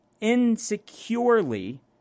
insecurely